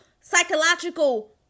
psychological